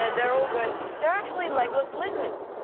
ah they're all good. they're actually legless lizards.